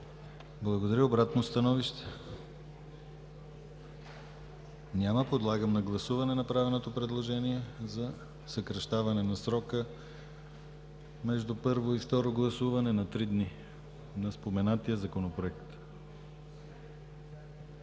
Благодаря. Обратно становище? Няма. Подлагам на гласуване направеното предложение за съкращаване на срока между първо и второ гласуване на три дни на споменатия законопроект.